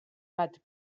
bat